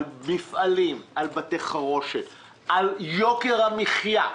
על מפעלים, על בתי חרושת, על יוקר המחיה,